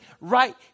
right